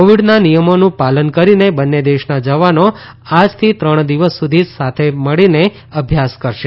કોવીડના નિયમોનું પાલન કરીને બંને દેશના જવાનો આજથી ત્રણ દિવસ સુધી સાથે મળીને અભ્યાસ કરશે